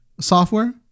software